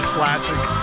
Classic